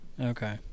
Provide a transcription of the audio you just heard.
Okay